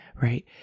right